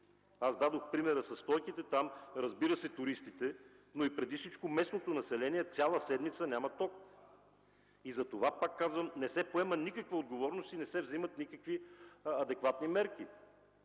Аз дадох примера със Стойките. Там, разбира се, са туристите, но преди всичко за местното население цяла седмица няма ток. Затова пак казвам, че не се поема никаква отговорност и не се вземат никакви адекватни мерки